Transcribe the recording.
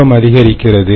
வெப்பம் அதிகரிக்கிறது